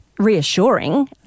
Reassuring